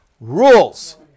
rules